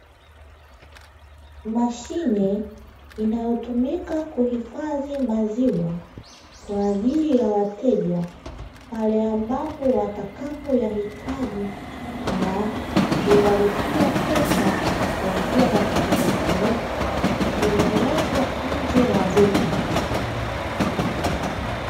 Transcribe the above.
Mashine inayotumika kuhifadhi maziwa, kwa ajili ya wateja pale ambapo watakapo yahitaji na kuyalipia pesa kwa njia kielektroniki imewekwa nje ya duka.